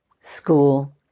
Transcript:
School